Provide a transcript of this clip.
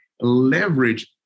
leverage